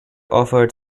offered